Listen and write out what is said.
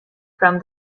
from